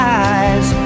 eyes